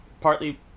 partly